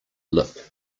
lip